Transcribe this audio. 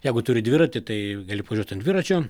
jeigu turi dviratį tai gali pavažiuot ten dviračiu